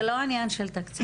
זה לא עניין של תקציב.